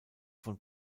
von